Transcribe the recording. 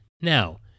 Now